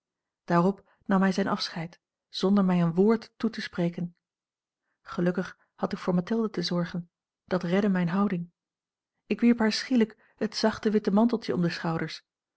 daarop nam hij zijn afscheid zonder mij een woord toe te spreken gelukkig had ik voor mathilde te zorgen dat redde mijne houding ik wierp haar schielijk het zachte witte manteltje om de schouders